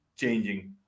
changing